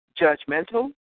judgmental